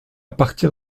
partir